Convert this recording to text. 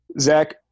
Zach